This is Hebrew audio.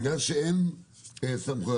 בגלל שאין סמכויות,